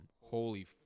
Holy